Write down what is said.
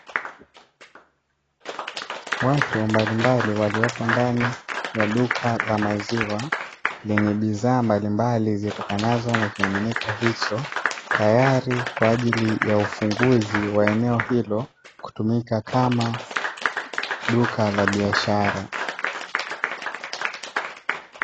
Watu mbalimbali waliopo ndani ya duka la maziwa lenye bidhaa mbalimbali zitokanazo na kimiminika hicho, tayari kwa ajili ya ufunguzi wa eneo hilo kutumika kama duka la biashara.